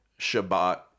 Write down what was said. Shabbat